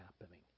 happening